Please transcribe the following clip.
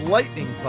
Lightning